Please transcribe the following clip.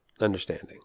understanding